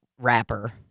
rapper